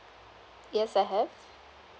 yes I have